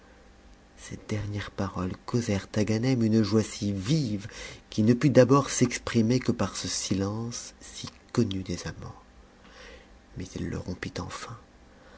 ces dernières paroles causèrent à ganem une joie si vive qu'il ne put d'abord s'exprimer que par ce si lence si connu des amants mais il le rompit enfin